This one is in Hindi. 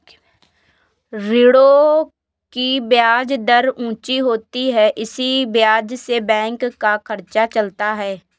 ऋणों की ब्याज दर ऊंची होती है इसी ब्याज से बैंक का खर्चा चलता है